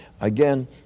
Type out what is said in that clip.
again